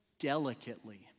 delicately